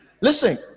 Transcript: Listen